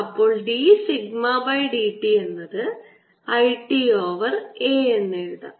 അപ്പോൾ d sigma by dt എന്നത് i t over A എന്ന് എഴുതാം